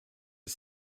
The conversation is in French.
est